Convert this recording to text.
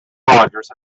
rogers